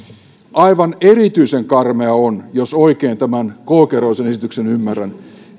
aivan erityisen karmeaa on jos oikein tämän koukeroisen esityksen ymmärrän